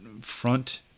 front